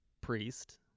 priest